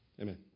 Amen